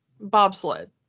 bobsled